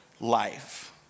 life